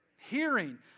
hearing